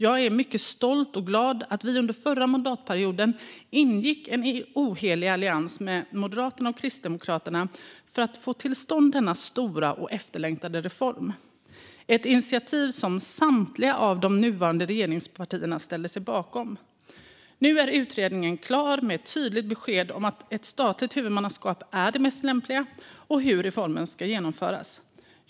Jag är mycket stolt och glad över att vi under förra mandatperioden ingick en ohelig allians med Moderaterna och Kristdemokraterna för att få till stånd denna stora och efterlängtade reform. Det var ett initiativ som samtliga nuvarande regeringspartier ställde sig bakom. Nu är utredningen klar med ett tydligt besked om att ett statligt huvudmanskap är det mest lämpliga och hur reformen ska genomföras.